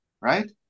right